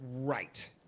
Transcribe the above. Right